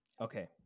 Okay